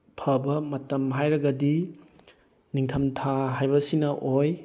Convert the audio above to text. ꯐꯕ ꯃꯇꯝ ꯍꯥꯏꯔꯒꯗꯤ ꯅꯤꯡꯊꯝ ꯊꯥ ꯍꯥꯏꯕꯁꯤꯅ ꯑꯣꯏ